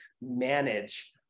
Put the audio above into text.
manage